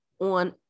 on